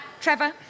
Trevor